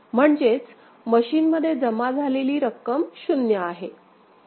म्हणजेच मशीन मध्ये जमा झालेली रक्कम शून्य आहे